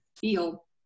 feel